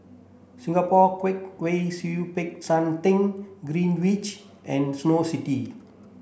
Singapore Kwong Wai Siew Peck San Theng Greenwich which and Snow City